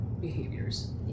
behaviors